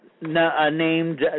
named